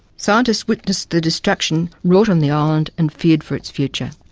scientists witnessed the destruction wrought on the island and feared for its future.